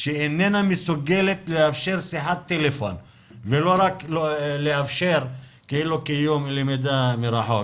שאיננה מסוגלת לאפשר שיחת טלפון ולא מאפשרת לקיים למידה מרחוק.